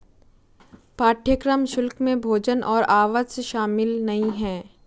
पाठ्यक्रम शुल्क में भोजन और आवास शामिल नहीं है